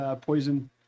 poison